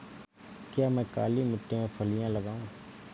क्या मैं काली मिट्टी में फलियां लगाऊँ?